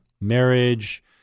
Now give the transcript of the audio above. Marriage